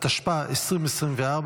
התשפ"ה 2024,